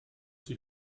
sie